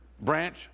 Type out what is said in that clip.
branch